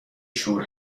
شور